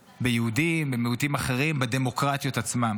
ביהודים, במיעוטים אחרים, בדמוקרטיות עצמן.